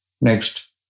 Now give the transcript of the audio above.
Next